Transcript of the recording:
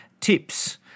tips